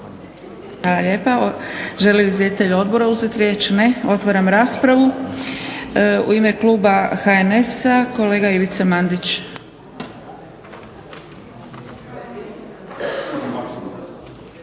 Hvala lijepa. Žele li izvjestitelji Odbora uzeti riječ? Ne. Otvaram raspravu. U ime Kluba HNS-a kolega Ivica Mandić.